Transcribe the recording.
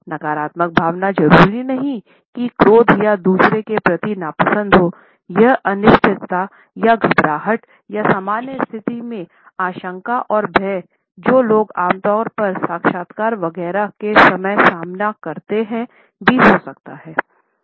नकारात्मक भावना जरूरी नहीं कि क्रोध या दूसरे के प्रति नापसंद हो यह अनिश्चितता या घबराहट या सामान्य स्थिति में आशंका और भय जो लोग आम तौर पर साक्षात्कार वगैरह के समय सामना करते हैं भी हो सकता है